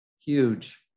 huge